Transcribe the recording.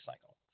cycle